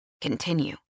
continue